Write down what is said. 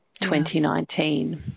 2019